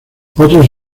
otros